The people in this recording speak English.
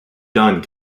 done